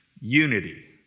unity